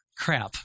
Crap